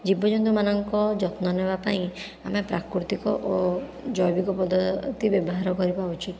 ଜୀବ ଜନ୍ତୁମାନଙ୍କ ଯତ୍ନ ନେବା ପାଇଁ ଆମେ ପ୍ରାକୃତିକ ଓ ଜୈବିକ ପଦ୍ଧତି ବ୍ୟବହାର କରିବା ଉଚିତ